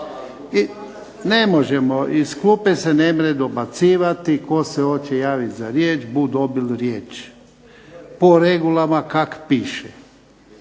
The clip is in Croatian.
Ne možemo, iz klupe se ne može dobacivati. Tko se hoće javiti za riječ dobit će riječ po regulama kako piše.